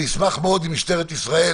אני אשמח מאוד אם משטרת ישראל